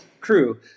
crew